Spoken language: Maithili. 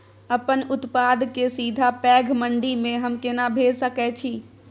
अपन उत्पाद के सीधा पैघ मंडी में हम केना भेज सकै छी?